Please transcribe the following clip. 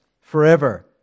forever